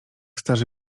starzy